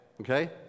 okay